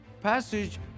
passage